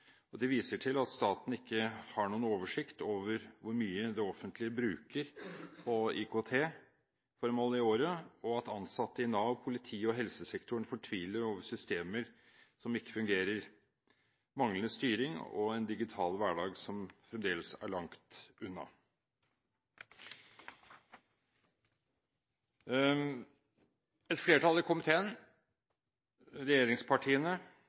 sektor. De viser til at staten ikke har noen oversikt over hvor mye det offentlige bruker på IKT-formål i året, og at ansatte i Nav, politiet og helsesektoren fortviler over systemer som ikke fungerer, manglende styring og en digital hverdag som fremdeles er langt unna. Et flertall i komiteen, regjeringspartiene,